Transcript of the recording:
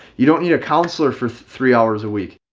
you don't need a counselor for three hours a week.